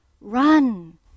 Run